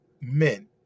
men